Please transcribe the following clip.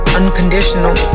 unconditional